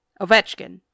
Ovechkin